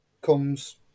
comes